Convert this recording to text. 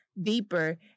deeper